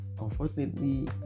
Unfortunately